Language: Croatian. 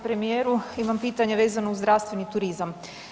premijeru, imam pitanje vezano uz zdravstveni turizam.